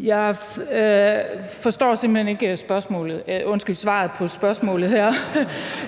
Jeg forstår simpelt hen ikke svaret på spørgsmålet.